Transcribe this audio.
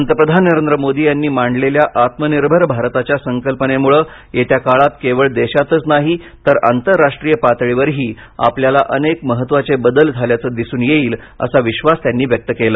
पंतप्रधान नरेंद्र मोदी यांनी मांडलेल्या आत्मनिर्भर भारताच्या संकल्पनेमुळे येत्या काळात केवळ देशातच नाही तर आंतरराष्ट्रीय पातळीवरही आपल्याला अनेक महत्वाचे बदल झाल्याचं दिसून येईल असा विश्वास त्यांनी व्यक्त केला